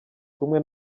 kumwe